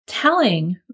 Telling